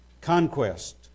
conquest